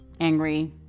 angry